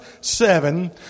seven